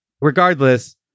Regardless